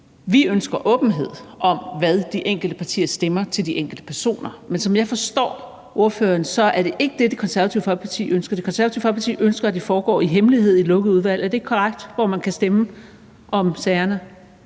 Vi ønsker åbenhed om, hvad de enkelte partier stemmer til de enkelte personer, men som jeg forstår ordføreren, er det ikke det, Det Konservative Folkeparti ønsker. Det Konservative Folkeparti ønsker, at det foregår i hemmelighed i et lukket udvalg, hvor man kan stemme om sagerne.